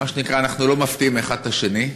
מה שנקרא, אנחנו לא מפתיעים אחד את השני,